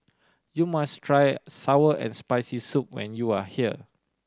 you must try sour and Spicy Soup when you are here